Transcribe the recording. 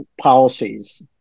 policies